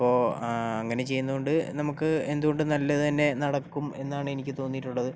അപ്പോൾ അങ്ങനെ ചെയ്യുന്നത് കൊണ്ട് നമുക്ക് എന്തുകൊണ്ടും നല്ലത് തന്നെ നടക്കും എന്നാണ് എനിക്ക് തോന്നിയിട്ടുള്ളത്